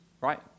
right